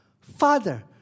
father